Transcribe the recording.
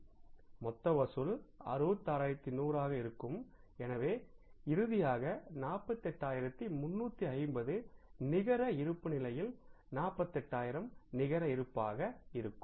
மொத்த வசூல் 66100 ஆக இருக்கும் எனவே இறுதியாக 48350 நிகர இருப்புநிலையில் 48000 நிகர இருப்பாக இருக்கும்